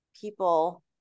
people